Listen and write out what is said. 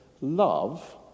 love